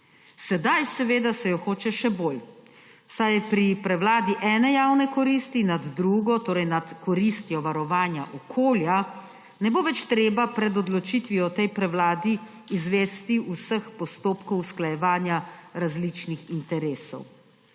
Sedaj se jo hoče še bolj, saj pri prevladi ene javne koristi nad drugo, torej nad koristjo varovanja okolja, ne bo več treba pred odločitvijo o tej prevladi izvesti vseh postopkov usklajevanja različnih interesov.